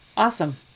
Awesome